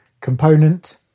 component